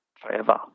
forever